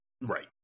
right